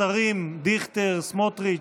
השרים דיכטר וסמוטריץ',